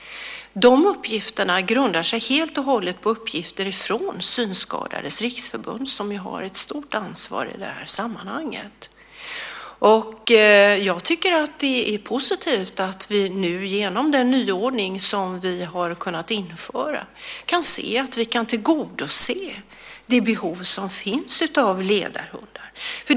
De uppgifterna grundar sig helt och hållet på uppgifter från Synskadades Riksförbund, som ju har ett stort ansvar i det här sammanhanget. Jag tycker att det är positivt att vi nu genom den nyordning som vi har kunnat införa kan se att vi kan tillgodose det behov som finns av ledarhundar.